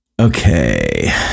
Okay